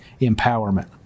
empowerment